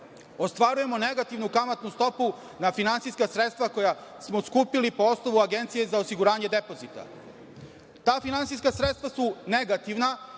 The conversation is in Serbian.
ostvarujemo negativnu kamatnu stopu na finansijska sredstva koja smo skupili po osnovu Agencije za osiguranje depozita. Ta finansijska sredstva su negativna